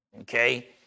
okay